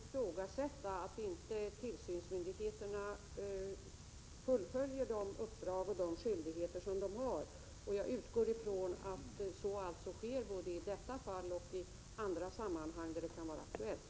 Herr talman! Jag har ingen anledning att ifrågasätta att tillsynsmyndigheterna fullgör de uppdrag och de skyldigheter som de har. Jag utgår alltså från att så sker både i detta fall och i andra sammanhang där det kan vara aktuellt.